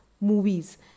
movies